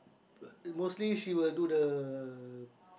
mostly she will do the